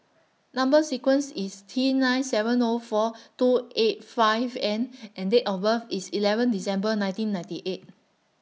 Number sequence IS T nine seven O four two eight five N and Date of birth IS eleven December nineteen ninety eight